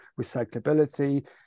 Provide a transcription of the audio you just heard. recyclability